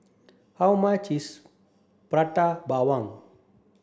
how much is prata bawang